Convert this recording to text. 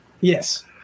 Yes